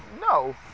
No